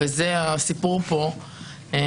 שזה יעבור בקריאה הראשונה.